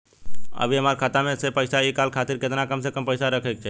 अभीहमरा खाता मे से पैसा इ कॉल खातिर केतना कम से कम पैसा रहे के चाही?